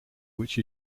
which